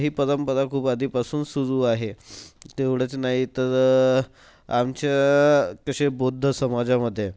ही परंपरा खूप आधीपासून सुरू आहे तेवढंच नाही तर आमच्या तसे बौद्ध समाजामध्ये